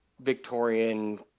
Victorian